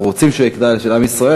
אנחנו רוצים שהוא יהיה של כלל עם ישראל.